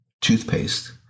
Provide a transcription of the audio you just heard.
toothpaste